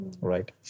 right